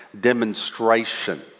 demonstration